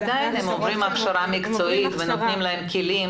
הם עוברים הכשרה מקצועית ונותנים להם כלים.